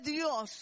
Dios